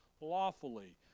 lawfully